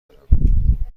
دارم